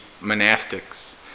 monastics